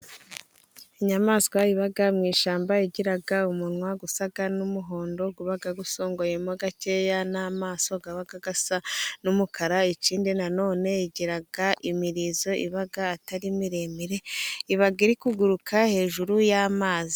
Inyamaswa iba mu ishyamba igira umunwa usa n'umuhondo uba usongoyemo gakeya, n'amaso aba asa n'umukara, ikindi nanone igira imirizo iba atari miremire, iba iri kuguruka hejuru y'amazi.